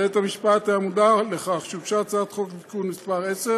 בית-המשפט היה מודע לכך שהוגשה הצעת חוק לתיקון מס' 10